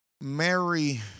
Mary